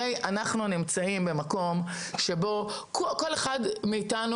אנחנו נמצאים במקום שבו כל אחד מאתנו